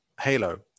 halo